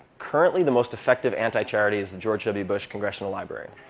currently the most effective anti-charity is the george w bush congressional library.